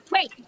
Wait